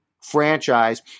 franchise